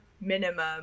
minimum